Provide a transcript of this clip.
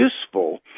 useful